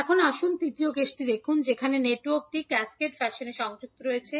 এখন আসুন তৃতীয় কেসটি দেখুন যেখানে নেটওয়ার্কটি ক্যাসকেড ফ্যাশনে সংযুক্ত রয়েছে